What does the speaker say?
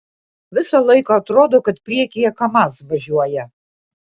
visą laiką atrodo kad priekyje kamaz važiuoja